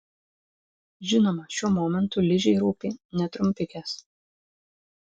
žinoma šiuo momentu ližei rūpi ne trumpikės